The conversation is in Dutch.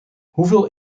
hoeveel